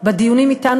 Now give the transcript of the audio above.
בדיונים אתנו,